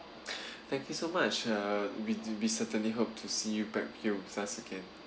thank you so much uh we do certainly hope to see you back here with us again